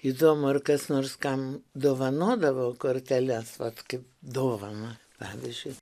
įdomu ar kas nors kam dovanodavo korteles vat kaip dovaną davė šis